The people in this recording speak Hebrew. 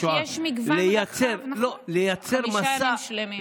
יש מגוון רחב של חמישה ימים שלמים.